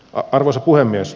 arvoisa puhemies